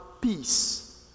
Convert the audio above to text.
peace